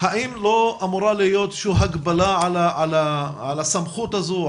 האם לא אמורה להיות איזושהי הגבלה על הסמכות הזו,